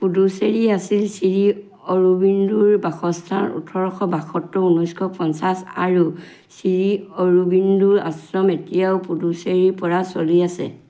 পুডুচেৰী আছিল শ্ৰী অৰবিন্দোৰ বাসস্থান ওঠৰ বাসত্তৰ ঊনৈছশ পঞ্চাছ আৰু শ্ৰী অৰবিন্দোৰ আশ্ৰম এতিয়াও পুডুচেৰীৰ পৰা চলি আছে